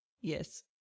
Yes